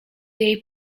jej